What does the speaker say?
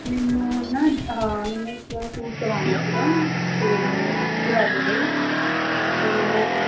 ਮੈਨੂੰ ਨਾ ਮੈਨੂੰ ਇੱਕ ਸੂਟ ਸਵਾਉਣਾ ਸੀਗਾ ਅਤੇ ਦਿਵਾਲੀ ਲਈ ਤੋਂ